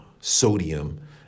sodium